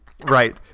Right